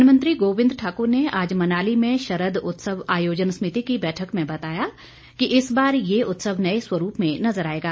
one मंत्री गोबिंद ठाकुर ने आज मनाली में शरद उत्सव आयोजन समिति की बैठक में बताया कि इस बार ये उत्सव नए स्वरूप में नजर आएगा